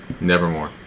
Nevermore